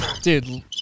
Dude